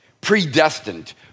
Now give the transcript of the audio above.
predestined